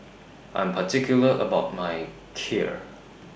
I'm particular about My Kheer